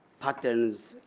patterns.